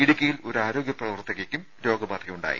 ഇടുക്കിയിൽ ഒരു ആരോഗ്യപ്രവർത്തകയ്ക്കും രോഗബാധയുണ്ടായി